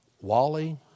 Wally